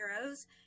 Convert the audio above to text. heroes